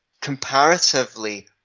comparatively